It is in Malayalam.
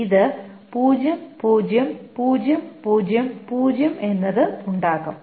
അതിനാൽ ഇതിന് 00000 എന്നത് ഉണ്ടാകും